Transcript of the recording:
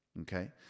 Okay